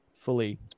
Fully